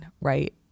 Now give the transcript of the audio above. right